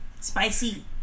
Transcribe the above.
Spicy